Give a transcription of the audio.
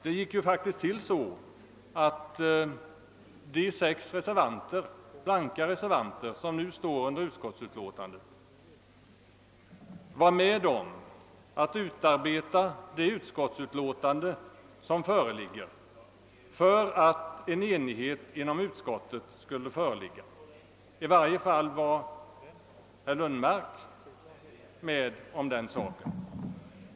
Det gick ju faktiskt till så att de sex som nu avgivit en blank reservation var med om att utarbeta det utskottsutlåtande som föreligger för att enighet inom utskottet skulle komma till stånd. Herr Lundmark var med om den saken.